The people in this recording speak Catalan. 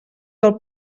del